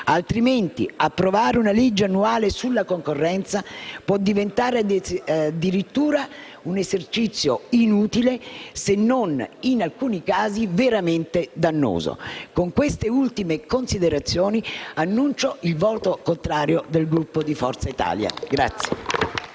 Altrimenti, approvare una legge annuale sulla concorrenza può diventare addirittura un esercizio inutile, se non, in alcuni casi, veramente dannoso. Con queste ultime considerazioni annuncio il voto contrario del Gruppo Forza Italia.